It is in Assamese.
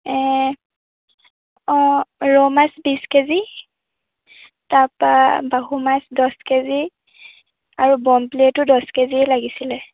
অঁ ৰৌ মাছ বিশ কেজি তাৰপৰা বাহু মাছ দহ কেজি আৰু পমফ্লেটো দহ কেজিয়ে লাগিছিলে